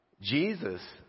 Jesus